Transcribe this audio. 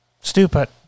stupid